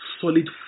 solid